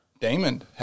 Damon